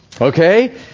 Okay